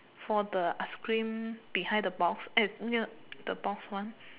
for the ice cream behind the box eh near the box one